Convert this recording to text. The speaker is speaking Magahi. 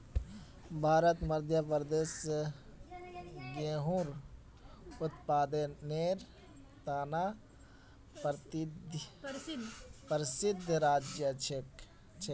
भारतत मध्य प्रदेश गेहूंर उत्पादनेर त न प्रसिद्ध राज्य छिके